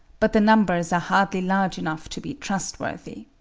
but the numbers are hardly large enough to be trustworthy.